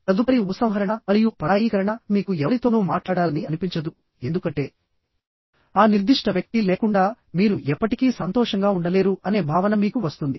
తదుపరి ఉపసంహరణ మరియు పరాయీకరణ మీకు ఎవరితోనూ మాట్లాడాలని అనిపించదు ఎందుకంటే ఆ నిర్దిష్ట వ్యక్తి లేకుండా మీరు ఎప్పటికీ సంతోషంగా ఉండలేరు అనే భావన మీకు వస్తుంది